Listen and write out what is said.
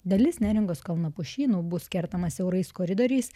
dalis neringos kalnapušynų bus kertama siaurais koridoriais